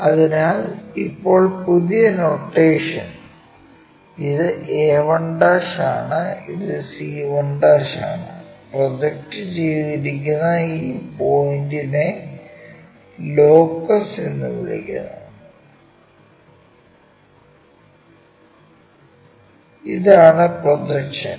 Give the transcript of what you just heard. അതിനാൽ ഇപ്പോൾ പുതിയ നൊട്ടേഷൻ ഇത് a1 ആണ് ഇത് c1 ആണ് പ്രൊജക്റ്റ് ചെയ്തിരിക്കുന്ന ഈ പോയിന്റിനെ ലോക്കസ് എന്ന് വിളിക്കുന്നു ഇതാണ് പ്രൊജക്ഷൻ